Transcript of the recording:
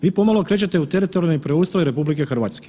Vi pomalo krećete u teritorijalni preustroj RH.